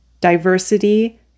Diversity